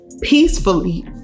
peacefully